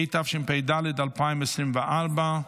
התשפ"ד 2024,